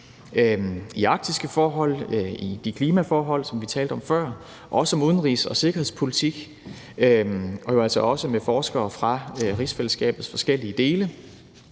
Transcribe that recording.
i arktiske forhold og klimaforhold, som vi talte om før, og også i udenrigs- og sikkerhedspolitiske forhold – også med forskere fra rigsfællesskabets forskellige dele.